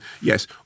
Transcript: Yes